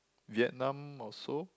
Vietnam also